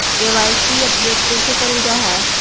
KYC update कैसे करल जाहै?